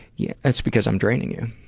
yeah, that's because i'm draining you.